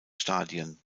stadien